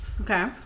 Okay